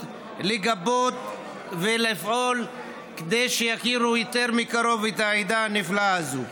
לגבות ולפעול כדי שיכירו יותר מקרוב את העדה הנפלאה הזו.